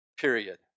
period